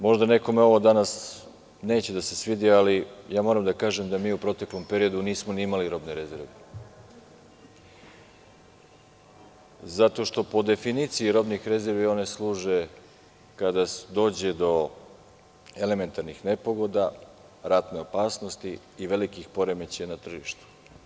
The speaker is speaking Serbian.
Možda nekome ovo danas neće da se svidi, ali moram da kažem da mi u proteklom periodu nismo ni imali robne rezerve zato što po definiciji robnih rezervi one služe kada dođe do elementarnih nepogoda, ratne opasnosti i velikih poremećaja na tržištu.